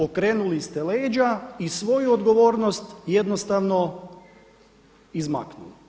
Okrenuli ste leđa i svoju odgovornost jednostavno izmaknuli.